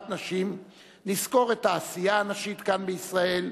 נשים נזכור את העשייה הנשית כאן בישראל,